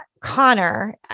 Connor